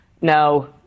No